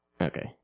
okay